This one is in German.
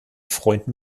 freunden